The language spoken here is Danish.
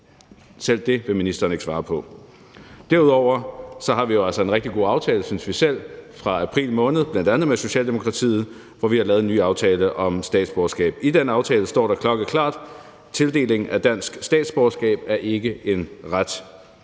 Selv det vil ministeren ikke svare på. Derudover har vi jo altså en rigtig god aftale, synes vi selv, fra april måned med bl.a. Socialdemokratiet, hvor vi lavede en ny aftale om statsborgerskab. I den aftale står der klokkeklart: »Tildeling af dansk statsborgerskab er ikke en ret.«